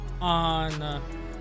on